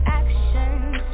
actions